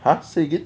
!huh! say again